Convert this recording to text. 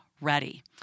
ready